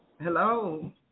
Hello